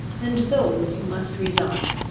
and those you must resign.